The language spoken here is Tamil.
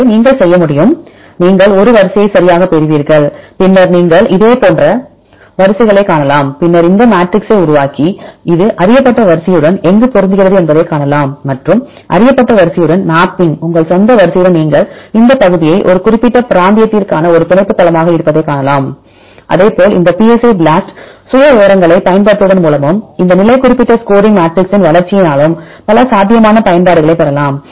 எனவே நீங்கள் செய்ய முடியும் நீங்கள் ஒரு வரிசையை சரியாகப் பெறுவீர்கள் பின்னர் நீங்கள் இதேபோன்ற வரிசைகளைக் காணலாம் பின்னர் இந்த மேட்ரிக்ஸை உருவாக்கி இது அறியப்பட்ட வரிசையுடன் எங்கு பொருந்துகிறது என்பதைக் காணலாம் மற்றும் அறியப்பட்ட வரிசையுடன் மேப்பிங் உங்கள் சொந்த வரிசையுடன் நீங்கள் இந்த பகுதி உங்கள் குறிப்பிட்ட பிராந்தியத்திற்கான ஒரு பிணைப்பு தளமாக இருப்பதைக் காணலாம் அதேபோல் இந்த psi BLAST சுயவிவரங்களைப் பயன்படுத்துவதன் மூலமும் இந்த நிலை குறிப்பிட்ட ஸ்கோரிங் மெட்ரிக்ஸின் வளர்ச்சியினாலும் பல சாத்தியமான பயன்பாடுகளைப் பெறலாம்